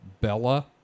Bella